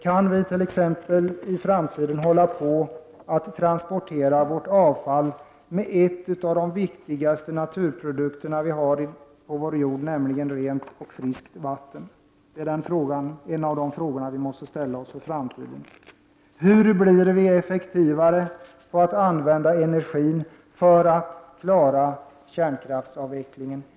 Kan vi t.ex. i framtiden transportera vårt avfall med hjälp av en av de viktigaste naturprodukter som finns på vår jord, nämligen rent och friskt vatten? Det är en av de frågor som vi måste ställa oss för framtiden. Hur blir vi effektivare på att använda energin för att klara kärnkraftsavvecklingen?